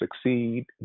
succeed